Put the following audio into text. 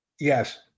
Yes